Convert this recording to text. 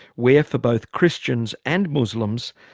where for both christians and muslims,